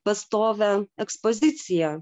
pastovią ekspoziciją